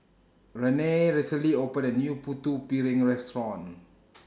Renae recently opened A New Putu Piring Restaurant